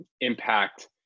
impact